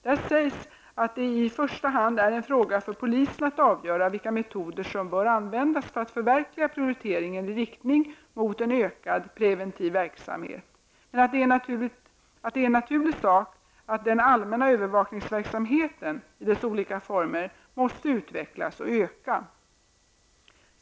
Där sägs att det i första hand är en fråga för polisen att avgöra vilka metoder som bör användas för att förverkliga prioriteringen i riktning mot en ökad preventiv verksamhet, men att det är en naturlig sak att den allmänna övervakningsverksamheten i dess olika former måste utvecklas och öka.